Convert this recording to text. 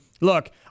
Look